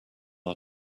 are